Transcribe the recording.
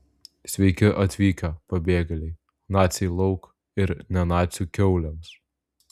sveiki atvykę pabėgėliai naciai lauk ir ne nacių kiaulėms